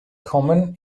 kommen